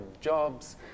jobs